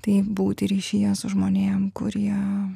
tai būti ryšyje su žmonėm kurie